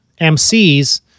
MCs